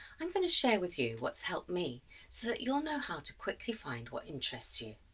i'm going to share with you what's helped me, so that you'll know how to quickly find what interests you.